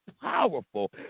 powerful